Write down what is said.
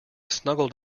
snuggled